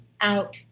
out